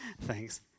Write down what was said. Thanks